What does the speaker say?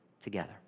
together